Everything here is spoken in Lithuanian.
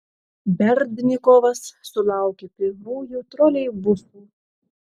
berdnikovas sulaukė pirmųjų troleibusų